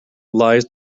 lies